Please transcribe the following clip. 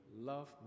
love